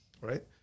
right